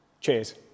Cheers